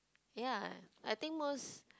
ya I think most